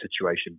situation